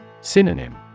Synonym